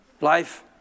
Life